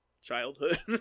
childhood